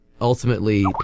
ultimately